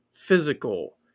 physical